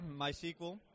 MySQL